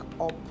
up